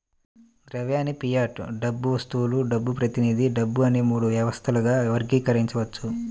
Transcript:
ద్రవ్యాన్ని ఫియట్ డబ్బు, వస్తువుల డబ్బు, ప్రతినిధి డబ్బు అని మూడు వ్యవస్థలుగా వర్గీకరించవచ్చు